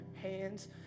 hands